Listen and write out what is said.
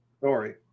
Sorry